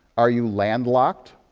are you landlocked?